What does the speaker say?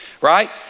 Right